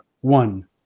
one